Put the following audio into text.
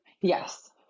Yes